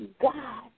God